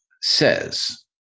says